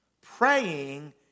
Praying